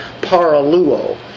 paraluo